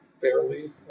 fairly